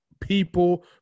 people